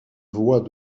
voies